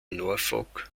norfolk